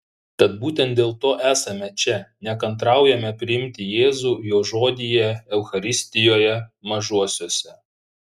tad būtent dėl to esame čia nekantraujame priimti jėzų jo žodyje eucharistijoje mažuosiuose